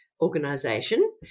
organization